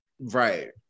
Right